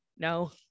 no